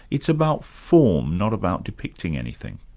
it's about form, not about depicting anything.